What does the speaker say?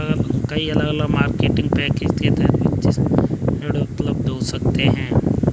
कई अलग अलग मार्केटिंग पैकेज के तहत वित्तीय संस्थानों से असुरक्षित ऋण उपलब्ध हो सकते हैं